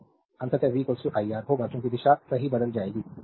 तो अंततः v iR होगा क्योंकि दिशा सही बदल जाएगी